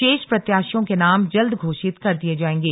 शेष प्रत्याशियों के नाम जल्द घोषित कर दिए जाएंगे